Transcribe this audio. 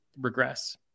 regress